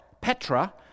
Petra